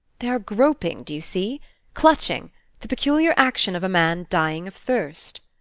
they are groping, do you see clutching the peculiar action of a man dying of thirst.